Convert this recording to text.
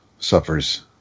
suffers